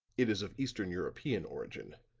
it is of eastern european origin.